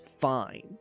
fine